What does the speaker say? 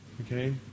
okay